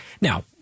Now